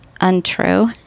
untrue